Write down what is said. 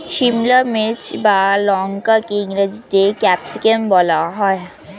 সিমলা মির্চ বা লঙ্কাকে ইংরেজিতে ক্যাপসিকাম বলা হয়